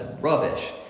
rubbish